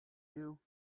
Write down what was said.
you